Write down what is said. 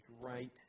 right